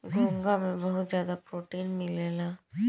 घोंघा में बहुत ज्यादा प्रोटीन मिलेला